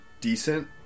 decent